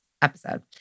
Episode